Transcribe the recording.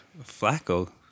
Flacco